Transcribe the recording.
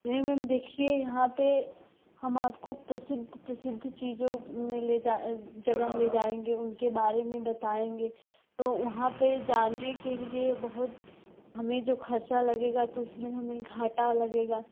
नहीं मैम देखिए यहाँ पर हम आपको प्रसिद्ध प्रसिद्ध चीज़ों में ले जा जगह ले जाएँगे उनके बारे में बताएँगे तो वहाँ पर जाने के लिए बहुत हमें जो ख़र्च लगेगा तो उसमे हमें घाटा लगेगा